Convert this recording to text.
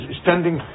standing